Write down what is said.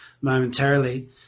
momentarily